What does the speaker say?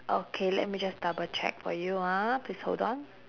okay let me just double check for you ah please hold on